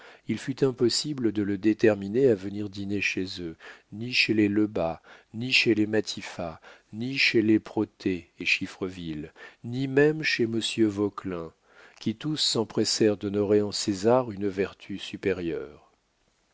il fut impossible de le déterminer à venir dîner chez eux ni chez les lebas ni chez les matifat ni chez les protez et chiffreville ni même chez monsieur vauquelin qui tous s'empressèrent d'honorer en césar une vertu supérieure